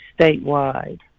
statewide